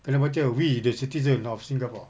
kena baca we the citizens of singapore